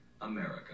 America